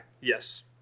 Yes